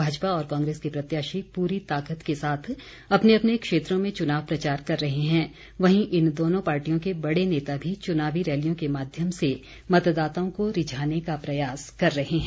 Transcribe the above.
भाजपा और कांग्रेस के प्रत्याशी पूरी ताकत के साथ अपने अपने क्षेत्रों में चुनाव प्रचार कर रहे हैं वहीं इन दोनों पार्टियों के बड़े नेता भी चुनावी रैलियों के माध्यम से मतदाताओं को रिझाने का प्रयास कर रहे हैं